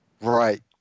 right